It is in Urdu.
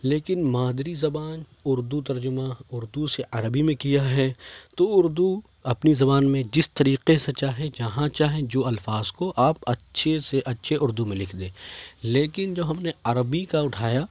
لیکن مادری زبان اردو ترجمہ اردو سے عربی میں کیا ہے تو اردو اپنی زبان میں جس طریقے سے چاہے جہاں چاہے جو الفاظ کو آپ اچھے سے اچھے اردو میں لکھ دیں لیکن جب ہم نے عربی کا اٹھایا